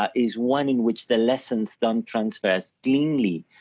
ah is one in which the lessons don't transfers cleanly,